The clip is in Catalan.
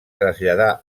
traslladà